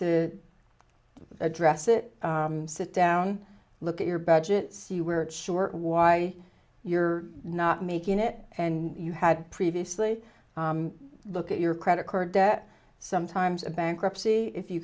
to address it sit down look at your budget see where it's short why you're not making it and you had previously look at your credit card debt sometimes a bankruptcy if you